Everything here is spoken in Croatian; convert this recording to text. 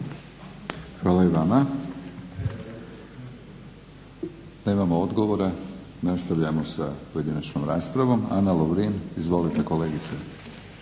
Hvala i vama. Nemamo odgovora. Nastavljamo sa pojedinačnom raspravom. Ana Lovrin, izvolite kolegice.